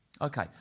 Okay